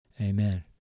Amen